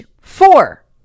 four